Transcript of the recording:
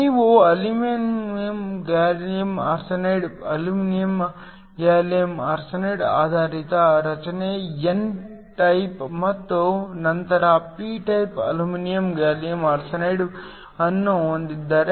ನೀವು aluminium gallium arsenide gallium arsenide ಆಧಾರಿತ ರಚನೆ n ಟೈಪ್ ಮತ್ತು ನಂತರ p type aluminium gallium arsenide ಅನ್ನು ಹೊಂದಿದ್ದರೆ